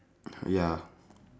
ya